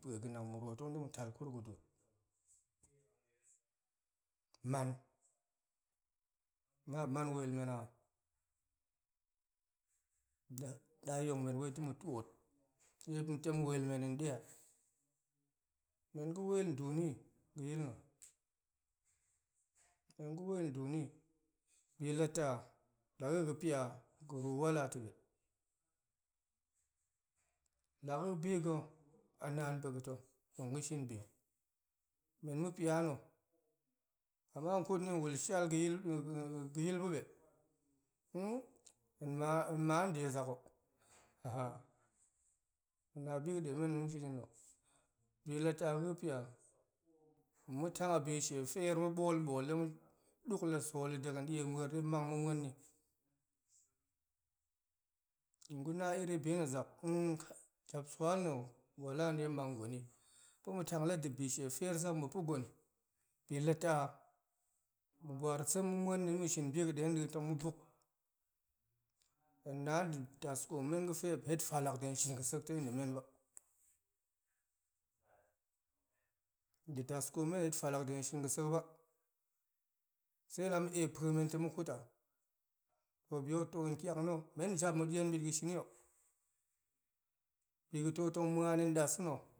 Pa̱e ga̱nang ma̱ ruwo tong dema̱ tal kurgu duut man ama ma̱p man wel men a la daa yong men wai dema̱ tiot de ma̱ tem wel men deya men ga̱ wel duni ga̱yil na̱ men ga̱wel duni bi la ta laga̱ ga̱pia ga̱ru wala ta̱be la ga̱ga̱ bi ga̱ a naan pa̱ga̱ to tong ga̱ shin bi men ma̱pia na̱ ama hen kut heni hen wul shial ga̱yil ga̱yil ba̱ɓe hen ma de zak ho na bi ga̱ demen tong ma̱ shini na̱ bi la ta ga̱ga̱pia tong ma̱ tang a bi shee feer ma̱ ɓool ɓool dema̱ duk la sooli dega̱ die ma̱ur dema̱ mang ma̱ muani tong guna iribi na̱ zak japsual na̱ wala de tong mang gweni pa̱ma̱ tang la debi shee feer ma̱ pa̱gwen bi la ta ma̱ war sem ma̱ muani dema̱ shin biga̱dadin tong ma̱ buk hen na de daskoom men ga̱fe ma̱p het falak dega̱ shin ga̱ sek tai demen ba de daskoom men het falak de ga̱ shin ga̱sek ba se la ma̱ ep pa̱men to ma̱ kut a to bi hok too tiak na̱ men a jap ma̱dien bit ga̱ shini hok bi ga̱to tong muani dasa̱na̱,